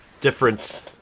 different